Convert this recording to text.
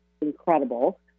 incredible